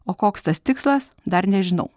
o koks tas tikslas dar nežinau